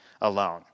alone